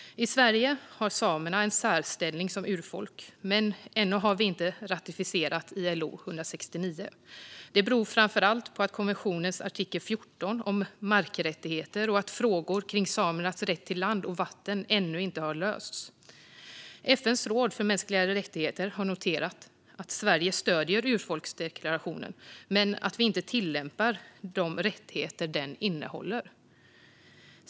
I Sverige har samerna en särställning som urfolk, men ännu har vi inte ratificerat ILO 169. Det beror framför allt på att konventionens artikel 14 om markrättigheter och frågor kring samernas rätt till land och vatten ännu inte har lösts. FN:s råd för mänskliga rättigheter har noterat att Sverige stöder urfolksdeklarationen men att Sverige inte tillämpar de rättigheter den innehåller.